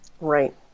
Right